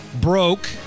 broke